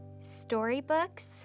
Storybooks